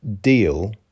deal